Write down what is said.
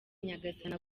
nyagasani